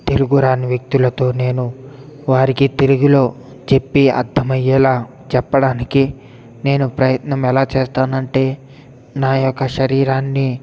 తెలుగు రాని వ్యక్తులతో నేను వారికి తెలుగులో చెప్పి అర్ధం అయ్యేలాగ చెప్పడానికి నేను ప్రయత్నం ఎలా చేస్తాను అంటే నా యొక్క శరీరాన్ని